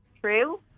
True